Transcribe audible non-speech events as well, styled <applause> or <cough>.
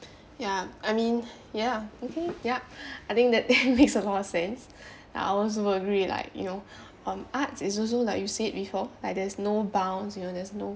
ya I mean ya mmhmm ya I think that <laughs> makes a lot of sense I was worried like you know um arts is also like you said before like there's no bounds you know there's no